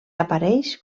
apareix